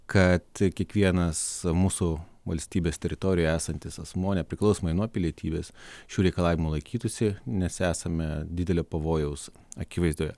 kad kiekvienas mūsų valstybės teritorijoje esantis asmuo nepriklausomai nuo pilietybės šių reikalavimų laikytųsi nes esame didelio pavojaus akivaizdoje